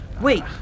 Wait